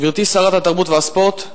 גברתי שרת התרבות והספורט,